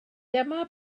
dyma